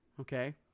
okay